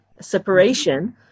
separation